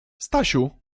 stasiu